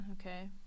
Okay